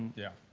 yeah.